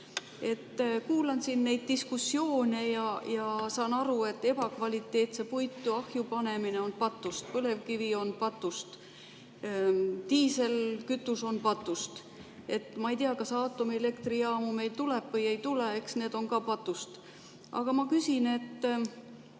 Kuulan siin neid diskussioone ja saan aru, et ebakvaliteetse puidu ahjupanemine on patust, põlevkivi on patust, diislikütus on patust. Ma ei tea, kas aatomielektrijaama meil tuleb või ei tule, eks see on ka patust. Aga ma küsin, et